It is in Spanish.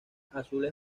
azules